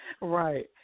Right